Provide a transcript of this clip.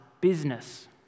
business